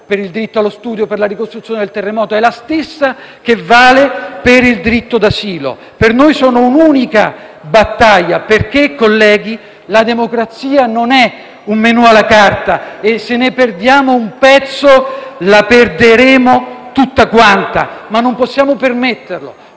per il diritto allo studio, per la ricostruzione dopo il terremoto, è la stessa che vale per il diritto d'asilo. Per noi sono un'unica battaglia, perché la democrazia non è un menù alla carta e, se ne perdiamo un pezzo, la perderemo tutta quanta e non possiamo permetterlo,